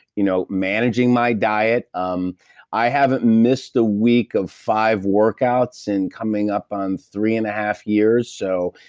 you know managing my diet. um i haven't missed a week of five workouts and coming up on three and a half years. so,